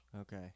Okay